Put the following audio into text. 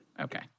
Okay